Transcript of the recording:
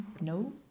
no